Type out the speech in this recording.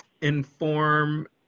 inform